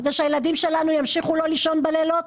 בשביל שהילדים שלנו לא ימשיכו לא לישון בלילות?